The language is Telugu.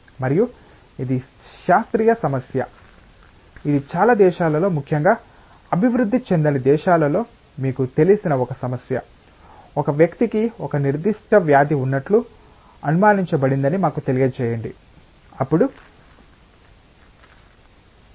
మరియు ఇది శాస్త్రీయ సమస్య ఇది చాలా దేశాలలో ముఖ్యంగా అభివృద్ధి చెందని దేశాలలో మీకు తెలిసిన ఒక సమస్య ఒక వ్యక్తికి ఒక నిర్దిష్ట వ్యాధి ఉన్నట్లు అనుమానించబడిందని మాకు తెలియజేయండి